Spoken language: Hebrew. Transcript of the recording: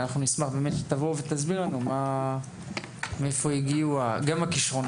אנחנו נשמח באמת שתבוא ותסביר לנו מאיפה הגיעו הכישרונות